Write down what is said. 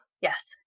Yes